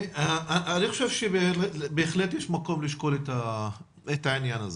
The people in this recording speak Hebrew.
אני חושב שבהחלט יש מקום לשקול את העניין הזה.